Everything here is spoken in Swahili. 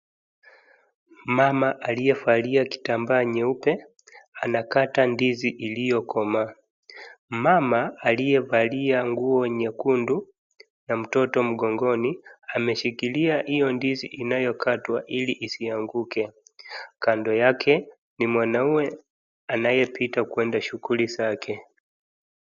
Mama aliyevalia kitambaa nyeupe anakata ndizi iliyokomaa. Mama aliyevalia nguo nyekundu na mtoto mgongoni ameshikilia hiyo ndizi inayokatwa ili isianguke. Kando yake ni mwanaume anayepita kwenda shughuli zake.